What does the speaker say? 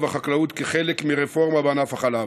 למשרד החקלאות כחלק מהרפורמה בענף החלב.